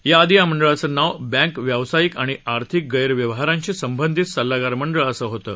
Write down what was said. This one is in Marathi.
याआधी या मंडळाचं नाव बँक व्यावसायिक आणि आर्थिक गैरव्यहारांशी संबधित सल्लागार मंडळ असं होतं